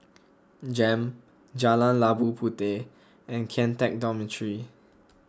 Jem Jalan Labu Puteh and Kian Teck Dormitory